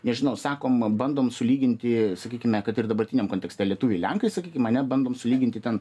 nežinau sakom bandom sulyginti sakykime kad ir dabartiniam kontekste lietuviai lenkai sakykim ane bandom sulyginti ten